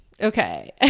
Okay